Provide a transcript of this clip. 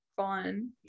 fun